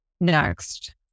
Next